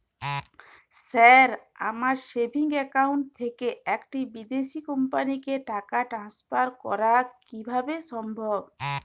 Sir আমার savings account থেকে একটি বিদেশি কোম্পানিকে টাকা ট্রান্সফার করা কীভাবে সম্ভব?